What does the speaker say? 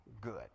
good